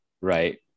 right